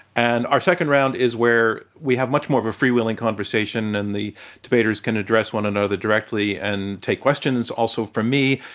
and our second round is where we have much more of a freewheeling conversation, and the debaters can address one another directly, and take questions also from me.